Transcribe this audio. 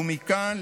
ומכאן,